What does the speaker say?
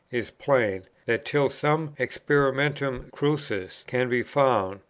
is plain, that, till some experimentum crucis can be found,